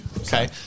Okay